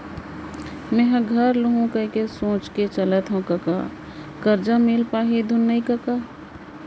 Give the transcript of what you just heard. मेंहा घर लुहूं कहिके सोच के चलत हँव कका करजा मिल पाही धुन नइ कका